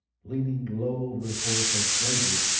leaning low over his horse as blazes,